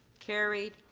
carried.